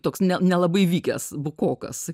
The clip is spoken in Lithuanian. toks nelabai vykęs bukokas